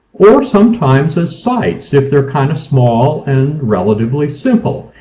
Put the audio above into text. or sometimes as sites if they're kind of small and relatively simple.